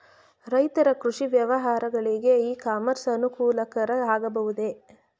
ರೈತರ ಕೃಷಿ ವ್ಯವಹಾರಗಳಿಗೆ ಇ ಕಾಮರ್ಸ್ ಅನುಕೂಲಕರ ಆಗಬಹುದೇ?